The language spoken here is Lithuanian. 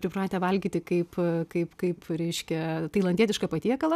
pripratę valgyti kaip kaip kaip reiškia tailandietišką patiekalą